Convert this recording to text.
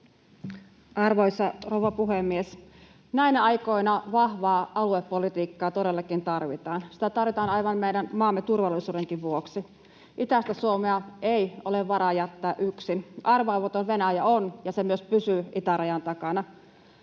Arvoisa rouva puhemies! Näinä aikoina vahvaa aluepolitiikkaa todellakin tarvitaan. Sitä tarvitaan aivan meidän maamme turvallisuudenkin vuoksi. Itäistä Suomea ei ole varaa jättää yksin. Arvaamaton Venäjä on, ja se myös pysyy itärajan takana.